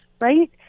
right